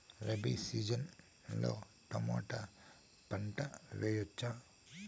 Rabi season లో tomato పంట వేయవచ్చా?